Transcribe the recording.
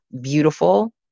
beautiful